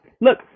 Look